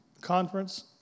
conference